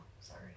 sorry